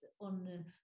on